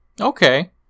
Okay